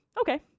Okay